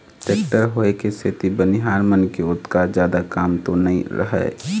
tractor होय के सेती बनिहार मन के ओतका जादा काम तो नइ रहय